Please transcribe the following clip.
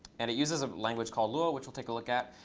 and it uses a language called lua, which we'll take a look at.